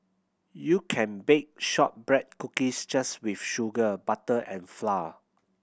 you can bake shortbread cookies just with sugar butter and flour